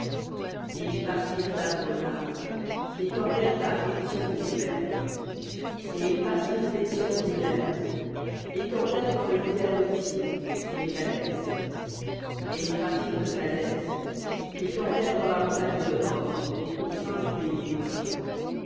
et ils partirent d'abrona et campèrent à étsion guéber et ils partirent détsion guéber et campèrent dans le désert de tsin qui est kadès et ils partirent de kadès et campèrent dans la montagne de hor aux confins du pays d'édom